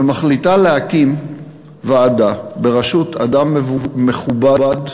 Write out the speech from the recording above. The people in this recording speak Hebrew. ומחליטה להקים ועדה בראשות אדם מכובד,